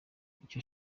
icyo